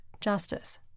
justice